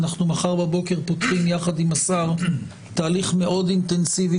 אנחנו מחר בבוקר פותחים יחד עם השר תהליך מאוד אינטנסיבי